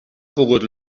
pogut